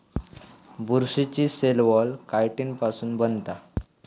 बुरशीची cell wall chitin पासुन बनता